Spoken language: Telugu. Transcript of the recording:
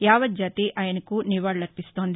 యావత్ జాతి ఆయనకు నివాళులు అర్పిస్తోంది